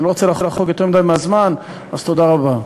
אני לא רוצה לחרוג יותר מדי מהזמן, אז תודה רבה.